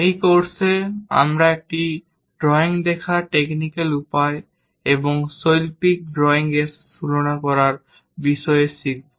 এই কোর্সে আমরা একটি ড্রয়িং দেখার টেকনিক্যাল উপায় এবং শৈল্পিক ড্রয়িং এর সাথে তুলনা করার বিষয়ে শিখব